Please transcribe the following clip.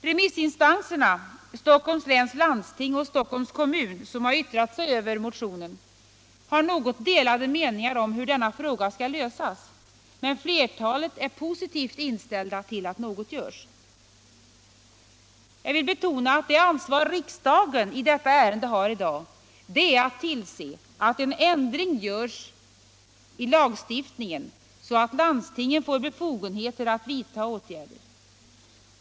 | Remissinstanserna Stockholms läns landsting och Stockholms kommun, som har yttrat sig över motionen, har något delade meningar om hur denna fråga skall lösas, men flertalet där är positivt inställda till att något görs. Jag vill betona att det ansvar riksdagen har i dag i detta ärende är att tillse att en ändring görs i lagstiftningen, så att landstingen får befogenheter att vidta åtgärder.